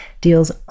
deals